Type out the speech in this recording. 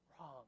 Wrong